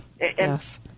Yes